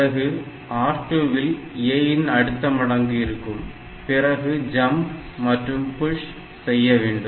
பிறகு R2 வில் A ன் அடுத்த மடங்கு இருக்கும் பிறகு JUMP மற்றும் PUSH செய்ய வேண்டும்